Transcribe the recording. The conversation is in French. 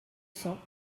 cents